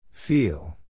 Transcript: Feel